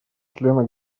члена